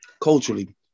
culturally